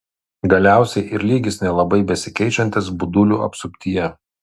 galiausiai ir lygis nelabai besikeičiantis budulių apsuptyje